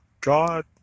God